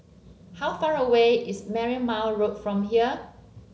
how far away is Marymount Road from here